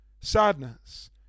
sadness